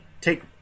take